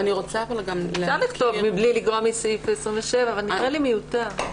אפשר לכתוב "מבלי לגרוע מסעיף 27" אבל זה נראה לי מיותר.